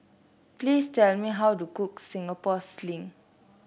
please tell me how to cook Singapore Sling